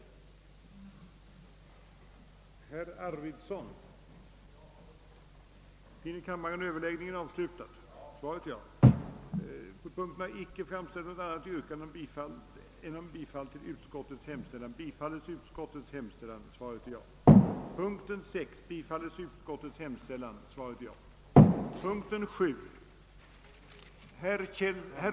rerna, dels i skrivelse till Kungl. Maj:t hemställa om skyndsam utredning genom universitetskanslersämbetets försorg om inrättande snarast möjligt av professurer i geriatrik även i Lund och Umeå, samt dels i skrivelse till Kungl. Maj:t hemställa om skyndsam utredning genom universitetskanslersämbetets försorg om ett sammanförande av de geriatriska forskningsinsatserna i en forskningsenhet på riksplanet, b) besluta placera dessa två professurer i geriatrik vid lärosätena i Stockholm och Göteborg,